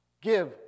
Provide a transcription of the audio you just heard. Give